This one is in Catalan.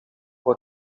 fou